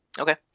Okay